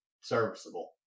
serviceable